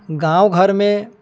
गाम घरमे